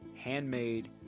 handmade